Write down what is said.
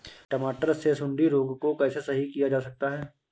टमाटर से सुंडी रोग को कैसे सही किया जा सकता है?